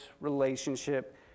relationship